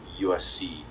USC